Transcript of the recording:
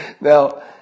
Now